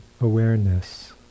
awareness